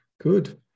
Good